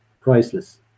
priceless